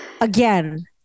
again